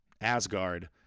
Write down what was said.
Asgard